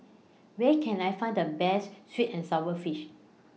Where Can I Find The Best Sweet and Sour Fish